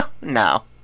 No